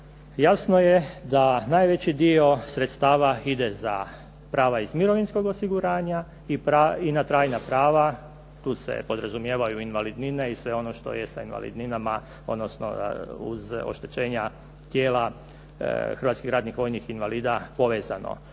jasno je da najveći dio sredstava ide za prava iz mirovinskog osiguranja i na trajna prava. Tu se podrazumijevaju invalidnine i sve ono što je sa invalidninama, odnosno uz oštećenja tijela hrvatskih ratnih vojnih invalida povezano.